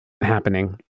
happening